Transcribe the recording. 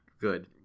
good